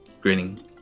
grinning